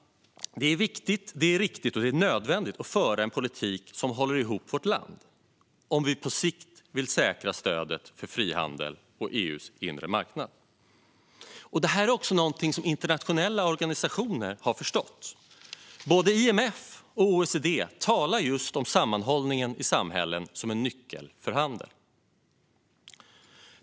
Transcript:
Det är viktigt, riktigt och nödvändigt att föra en politik som håller ihop vårt land om vi på sikt vill säkra stödet för frihandel och EU:s inre marknad. Det här är också någonting som internationella organisationer har förstått. Både IMF och OECD talar just om sammanhållningen i samhällen som en nyckel för handel.